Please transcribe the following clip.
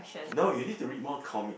no you need to read more comics